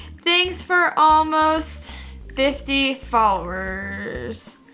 thanks for almost fifty followers.